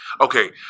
okay